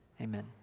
amen